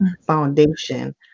foundation